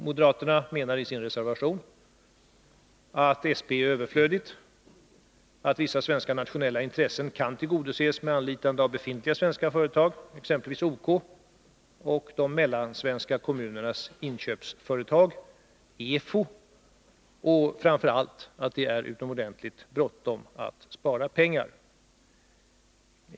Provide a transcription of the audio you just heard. Moderaterna menar sin reservation att SP är överflödigt, att vissa svenska nationella intressen kan tillgodoses med anlitande av befintliga svenska företag, exempelvis OK och de mellansvenska kommunernas inköpsföretag, EFO, samt — framför allt — att det är bråttom med att spara pengar.